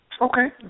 Okay